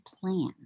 plan